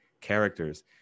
characters